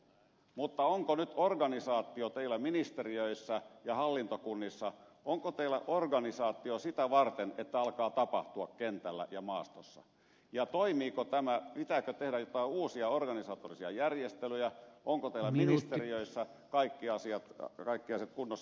mutta onko nyt organisaatio teillä ministeriöissä ja hallintokunnissa sitä varten että alkaa tapahtua kentällä ja maastossa ja toimiiko tämä pitääkö tehdä joitain uusia organisatorisia järjestelyjä onko teillä ministeriöissä kaikki asiat kunnossa